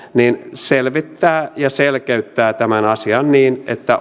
selvittää ja selkeyttää tämän asian niin että